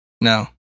No